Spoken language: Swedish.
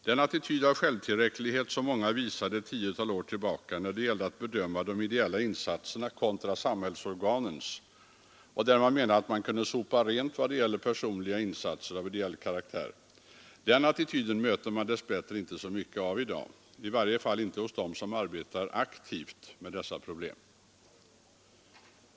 Den attityd av självtillräcklighet, som många visade för ett tiotal år sedan, när det gällde att bedöma de ideella insatserna kontra samhällsorganens och där man menade att man kunde sopa rent i vad gäller personliga insatser av ideell karaktär möter man dess bättre inte så mycket av i dag, i varje fall inte hos dem som arbetar aktivt med dessa problem.